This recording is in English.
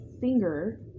finger